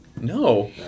No